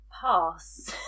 Pass